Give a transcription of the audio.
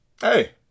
Hey